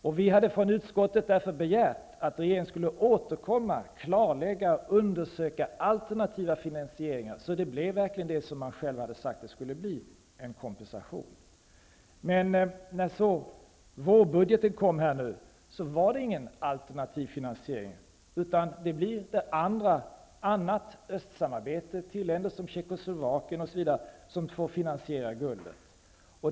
Vi hade därför från utskottet begärt att regeringen skulle återkomma -- klarlägga och undersöka alternativa finansieringar, så att det verkligen blev det som man själv hade sagt att det skulle bli, nämligen en kompensation. Men när nu vårbudgeten kom, var det ingen alternativ finansiering, utan det blir annat östsamarbete, med Tjeckoslovakien osv., som får finansiera guldet.